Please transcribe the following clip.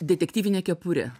detektyvinę kepurę